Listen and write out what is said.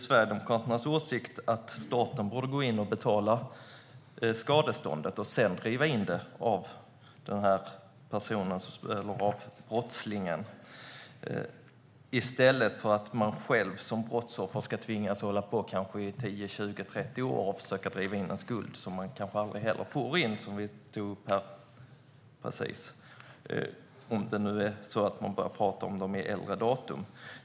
Sverigedemokraternas åsikt är att staten borde gå in betala skadeståndet och sedan driva in det av brottslingen, i stället för att man som brottsoffer kanske ska tvingas hålla på i 10, 20 eller 30 år och försöka driva in en skuld som man kanske aldrig får in, som vi nyss har tagit upp, om man nu börjar tala om skulder av äldre datum.